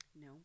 No